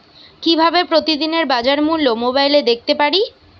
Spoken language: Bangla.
কিভাবে প্রতিদিনের বাজার মূল্য মোবাইলে দেখতে পারি?